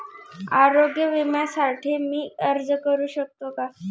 आरोग्य विम्यासाठी मी अर्ज करु शकतो का?